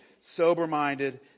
sober-minded